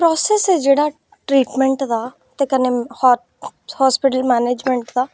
process ऐ जेह्ड़ा treatment दा ते कन्नै हॉस्पिटल मेनैजमेंट दा